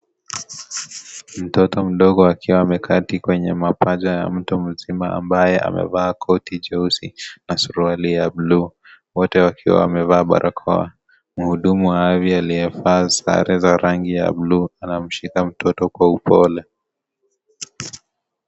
Mtoto mdogo akiwa ameketi kwenye mapaja ya mtu mzima ambaye amevaa koti jeusi, na suruali ya buluu, wote wakiwa wamevaa barakoa, muudumu wa avya aliyevaa sare za rangi ya buluu anamshika mtoto kwa upole.